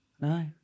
No